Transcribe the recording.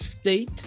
state